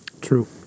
true